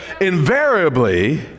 invariably